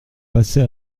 passer